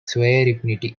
sovereignty